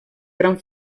gran